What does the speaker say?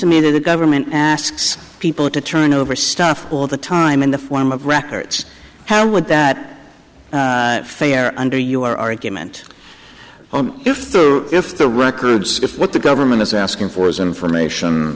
to me that the government asks people to turn over stuff all the time in the form of records how would that fare under your argument oh if the if the records of what the government is asking for is information